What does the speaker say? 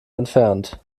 entfernt